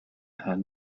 are